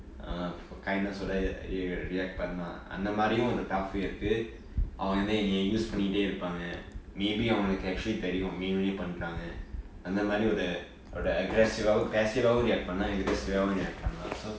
err kindness react react பன்னா அந்த மாதிரியும் ஒறு:pannaa antha maathiriyum oru pathway இருக்கு அவங்க வந்து என்னைய:irukku avanga vanthu ennaya use பன்னிட்டே இருப்பாங்க:pannitte irupaanga maybe அவங்களுக்கு:avangalukku actually தெரியும் வேனும்னே பன்ராங்க அந்த மாதிரி ஒறு:theriyum venumne pandraanga antha maathiri oru aggressive passive react பன்னலாம்:pannalaam aggressive react பன்னலாம்:pannalaam so